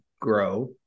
grow